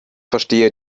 verstehe